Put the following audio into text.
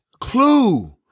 clue